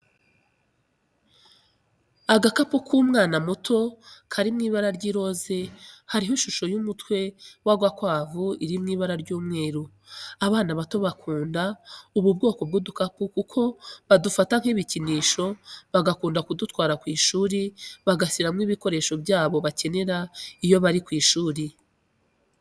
Agakapu k'umwana muto kari mw'ibara ry'iroza hariho ishusho y'umutwe w'agakwavu iri mu ibara ry'umweru , abana bato bakunda ubu kwoko bw'udukapu kuko badufata nk'ibikinisho bagakunda kudutwara kw'ishuri bagashyiramo ibikoresho byabo bakenera iyo bari ku ishuri.